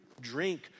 drink